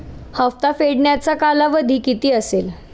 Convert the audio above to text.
हप्ता फेडण्याचा कालावधी किती असेल?